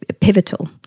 pivotal